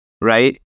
right